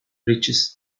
reaches